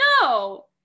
No